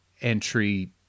entry